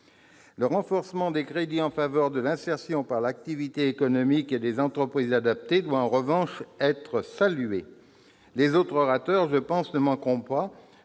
Le renforcement des crédits en faveur de l'insertion par l'activité économique et des entreprises adaptées doit, en revanche, être salué. Les autres orateurs ne manqueront pas